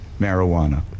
marijuana